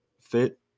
fit